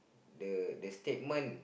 the the statement